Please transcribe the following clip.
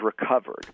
recovered